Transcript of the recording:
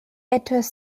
etwas